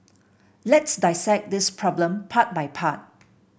let's dissect this problem part by part